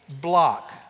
block